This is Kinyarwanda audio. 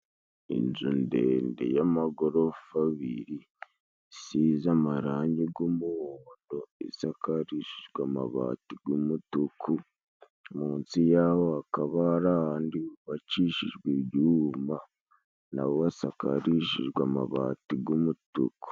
Inzu ndende y'amagorofa abiri isize amarangi g'umuhondo isakarishijwe amabati g'umutuku, munsi yaho hakaba hari ahandi hubakishijwe ibyuma na bo basakarishijwe amabati g'umutuku.